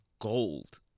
gold